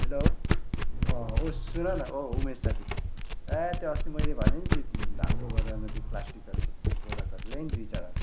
hello अँ उस सुन न औ उमेश साथी अ्या त्यो अस्ति मैले भने नि त्यो हाम्रो बजार त्यो प्लास्टिकहरूको त्यो प्रडक्टहरू ल्यायो नि दुई चारवटा